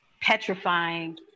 petrifying